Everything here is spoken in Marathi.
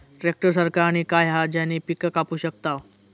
ट्रॅक्टर सारखा आणि काय हा ज्याने पीका कापू शकताव?